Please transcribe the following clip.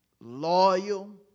loyal